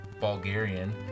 Bulgarian